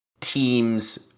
teams